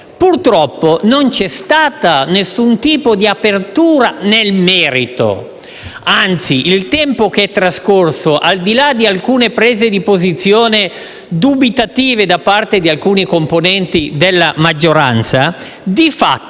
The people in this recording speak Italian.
Purtroppo non c'è stato alcun tipo di apertura nel merito; anzi nel tempo trascorso, al di là di alcune prese di posizione dubitative da parte di alcuni componenti della maggioranza, di fatto